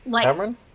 Cameron